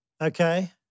Okay